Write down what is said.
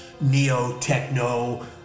neo-techno